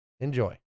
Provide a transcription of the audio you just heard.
Enjoy